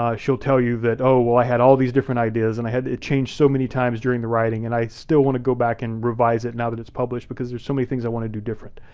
ah she'll tell you that, oh, well, i had all these different ideas and i had to change so many times during the writing and i still want to go back and revise it now that it's published because there's so many things i want to do different.